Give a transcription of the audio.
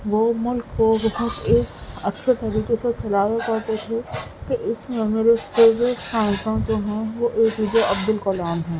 وہ ملک کو بہت ایک اچھے طریقے سے چلا رہے کرتے تھے تو اس لئے میرے فیوریٹ سائنسداں جو ہیں وہ اے پی جے عبدالکلام ہیں